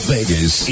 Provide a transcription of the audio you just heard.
Vegas